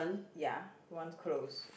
ya one's closed